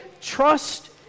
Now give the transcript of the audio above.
Trust